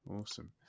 awesome